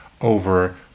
over